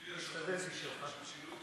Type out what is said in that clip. אני אשתדל בשבילך.